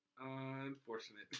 Unfortunate